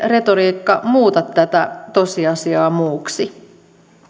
retoriikka muuta tätä tosiasiaa muuksi